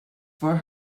for